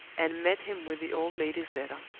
and met him with the old lady's letter.